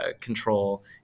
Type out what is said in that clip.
control